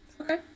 Okay